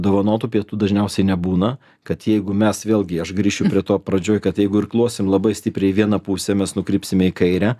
dovanotų pietų dažniausiai nebūna kad jeigu mes vėlgi aš grįšiu prie to pradžioj kad jeigu irkluosim labai stipriai į vieną pusę mes nukrypsime į kairę